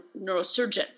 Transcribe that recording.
neurosurgeon